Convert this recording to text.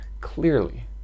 clearly